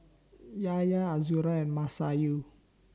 Yahya Azura and Masayu